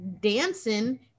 dancing